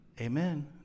Amen